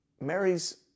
Mary's